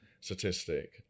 statistic